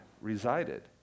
resided